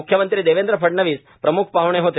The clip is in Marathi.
मुख्यमंत्री देवेंद्र फडणवीस प्रमुख पाहणे होते